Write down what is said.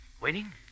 Waiting